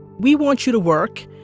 we want you to work.